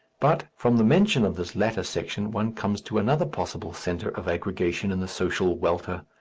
but from the mention of this latter section one comes to another possible centre of aggregation in the social welter.